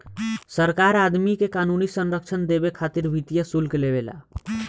सरकार आदमी के क़ानूनी संरक्षण देबे खातिर वित्तीय शुल्क लेवे ला